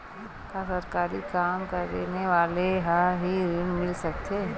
का सरकारी काम करने वाले ल हि ऋण मिल सकथे?